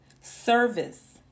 service